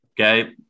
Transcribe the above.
okay